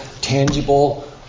tangible